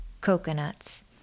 Coconuts